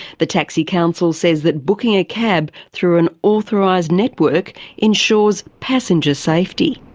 the taxi council says that booking a cab through an authorised network ensures passenger safety.